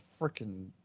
freaking